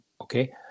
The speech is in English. okay